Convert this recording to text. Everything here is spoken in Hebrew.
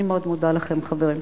אני מאוד מודה לכם, חברים.